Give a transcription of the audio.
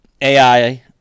AI